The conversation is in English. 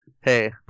Hey